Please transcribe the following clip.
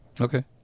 Okay